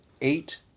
eight